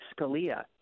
Scalia